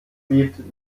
lied